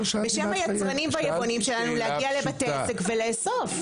בשם היצרנים והיבואנים שלנו להגיע לבתי עסק ולאסוף.